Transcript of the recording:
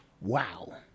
wow